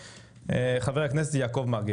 בבקשה, חבר הכנסת יעקב מרגי,